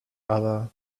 other